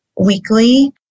weekly